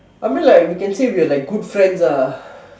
I mean like we can say we're like good friends ah